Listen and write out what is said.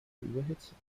überhitzen